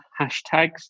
hashtags